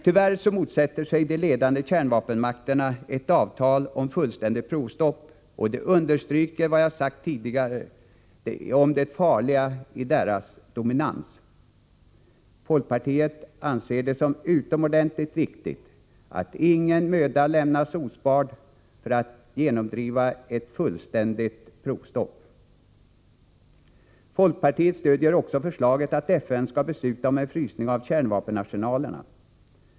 Tyvärr motsätter sig de ledande kärnvapenmakterna ett avtal om fullständigt provstopp. Det understryker vad jag tidigare sagt om det farliga i deras dominans. Folkpartiet ser det som utomordentligt viktigt att ingen möda sparas för att genomdriva ett fullständigt provstopp. Folkpartiet stödjer också förslaget att FN skall besluta om en frysning av kärnvapenarsenalerna.